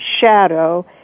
shadow